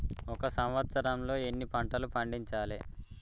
ఒక సంవత్సరంలో ఎన్ని పంటలు పండించాలే?